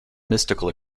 mystical